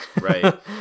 Right